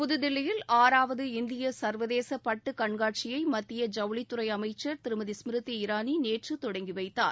புதுதில்லியில் ஆறாவது இந்திய சர்வதேச பட்டு கண்காட்சியை மத்திய ஜவுளித்துறை அமைச்சர் திருமதி ஸ்மிருதி இரானி நேற்று தொடங்கி வைத்தார்